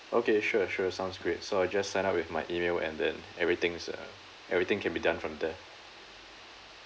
okay sure sure sounds great so I just sign up with my email and then everything's uh everything can be done from there